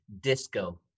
disco